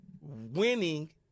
winning